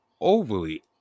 overly